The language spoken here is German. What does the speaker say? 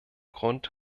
grund